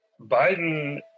Biden